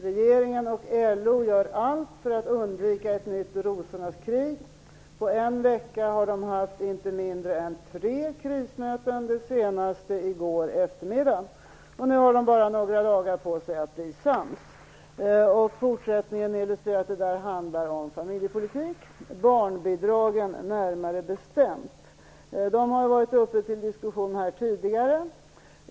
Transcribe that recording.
Regeringen och LO gör allt för att undvika ett nytt rosornas krig. På en vecka har de haft inte mindre än tre krismöten, det senaste i går förmiddag. Nu har de bara några dagar på sig att bli sams. Fortsättningen illustrerar att det handlar om familjepolitik - närmare bestämt om barnbidragen. De har varit uppe till diskussion här tidigare.